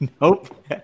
Nope